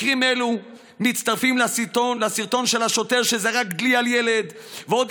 מקרים אלו מצטרפים לסרטון של השוטר שזרק דלי על ילד ועוד